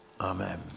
amen